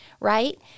Right